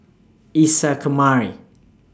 Isa Kamari